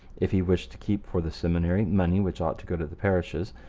if he wished to keep for the seminary money which ought to go to the parishes,